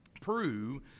prove